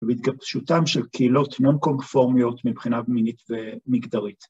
‫ובהתגבשותן של קהילות ‫נונקונפורמיות מבחינה מינית ומגדרית.